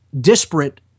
disparate